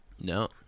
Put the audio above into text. No